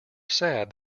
sad